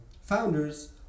founders